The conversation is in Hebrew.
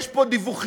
יש פה דיווחיות,